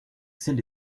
celles